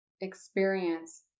experience